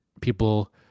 people